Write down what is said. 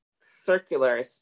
circular